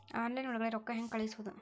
Online ಒಳಗಡೆ ರೊಕ್ಕ ಹೆಂಗ್ ಕಳುಹಿಸುವುದು?